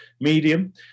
medium